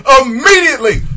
immediately